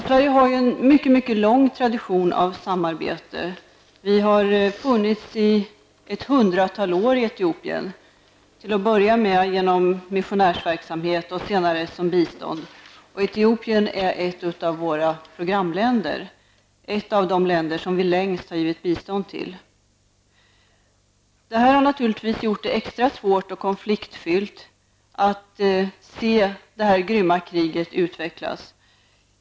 Sverige har ju en mycket lång tradition av samarbete med Etiopien. Vi har funnits där i ett hundratal år, till att börja med genom missionärsverksamhet och senare genom biståndsverksamhet. Etiopien är ett av våra programländer, ett av de länder som vi längst givit bistånd. Det här har naturligtvis gjort det extra svårt och konfliktfyllt att se det grymma kriget där utvecklas.